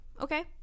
Okay